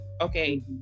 Okay